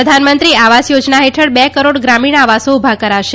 પ્રધાનમંત્રી આવાસ યોજના હેઠળ બે કરોડ ગ્રામીણ આવાસો ઉભાં કરાશે